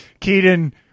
Keaton